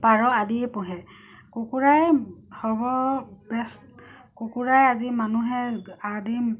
পাৰ আদিয়ে পোহে কুকুৰাই সৰ্ব বেষ্ট কুকুৰাই আজি মানুহে আদিম